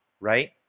right